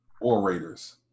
orators